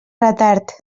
retard